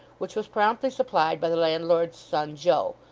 which was promptly supplied by the landlord's son joe,